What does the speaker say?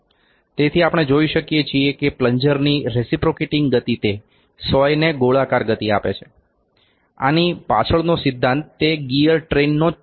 તેથી આપણે જોઈ શકીએ છીએ કે પ્લન્જરની રેસીપ્રોકેટિંગ ગતિ તે સોયને ગોળાકાર ગતિ આપે છે આની પાછળનો સિદ્ધાંત તે ગિયર ટ્રેનનો જ છે